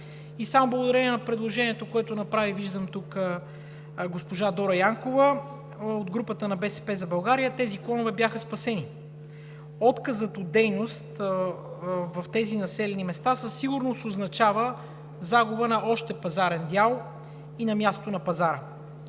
Само благодарение на предложението, което направи госпожа Дора Янкова от групата на „БСП за България“, тези клонове бяха спасени. Отказът от дейност в тези населени места със сигурност означава загуба на още пазарен дял и на място на пазара.